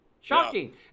Shocking